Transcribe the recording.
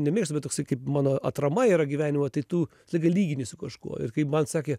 ne mėgstu bet toksai kaip mano atrama yra gyvenimo tai tu visą laiką lygini su kažkuo ir kaip man sakė